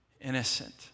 innocent